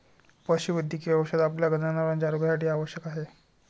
पशुवैद्यकीय औषध आपल्या जनावरांच्या आरोग्यासाठी आवश्यक आहे